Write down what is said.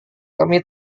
kami